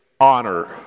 honor